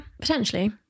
potentially